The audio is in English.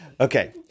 Okay